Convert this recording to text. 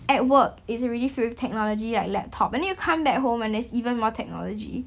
at work it's already filled with technology like laptop and then you come back home and there's even more technology